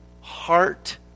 heart